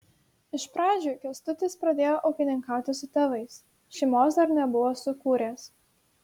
iš pradžių kęstutis pradėjo ūkininkauti su tėvais šeimos dar nebuvo sukūręs